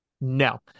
No